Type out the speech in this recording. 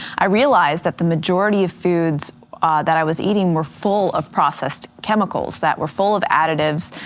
i realized that the majority of foods that i was eating were full of processed chemicals, that were full of additives,